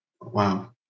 wow